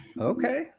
Okay